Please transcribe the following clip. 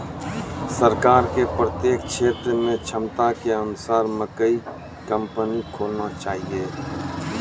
सरकार के प्रत्येक क्षेत्र मे क्षमता के अनुसार मकई कंपनी खोलना चाहिए?